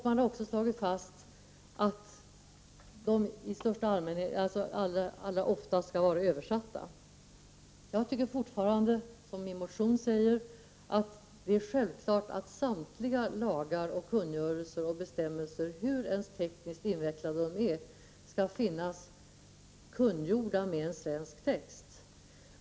Man har också slagit fast att alla lagar och förordningar oftast skall vara översatta. Jag tycker fortfarande, som sägs i min motion, att det är självklart att samtliga lagar, förordningar och bestämmelser, hur tekniskt invecklade de än är, skall finnas kungjorda med en svensk text.